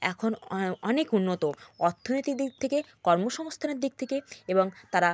এখন অনেক উন্নত অর্থনৈতিক দিক থেকে কর্মসংস্থানের দিক থেকে এবং তারা